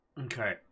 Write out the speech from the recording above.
Okay